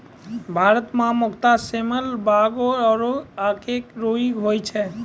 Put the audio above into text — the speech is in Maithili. भारत मं मुख्यतः सेमल, बांगो आरो आक के रूई होय छै